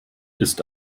ist